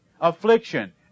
affliction